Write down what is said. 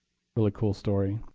really cool story.